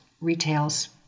retail's